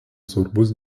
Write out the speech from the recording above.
svarbus